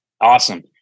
awesome